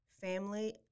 Family